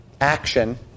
action